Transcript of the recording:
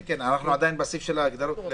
כן, אנחנו עדיין בסעיף של ההגדרות.